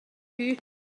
here